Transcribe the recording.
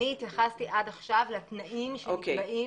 אני התייחסתי עד עכשיו לתנאים שנקבעים.